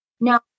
No